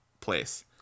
place